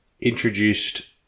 introduced